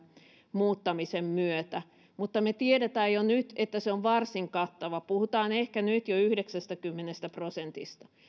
muuttamisen myötä mutta me tiedämme jo nyt että se on varsin kattava puhutaan ehkä nyt jo yhdeksästäkymmenestä prosentista